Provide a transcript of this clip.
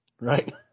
right